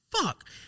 fuck